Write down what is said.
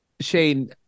Shane